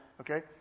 okay